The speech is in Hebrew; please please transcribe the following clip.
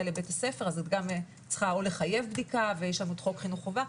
לבית הספר את צריכה או לחייב בדיקה ויש לנו את חוק חינוך חובה.